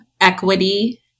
equity